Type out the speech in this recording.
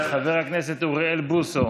האם חיי החרדים הפכו הפקר?